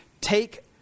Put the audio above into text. take